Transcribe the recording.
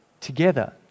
together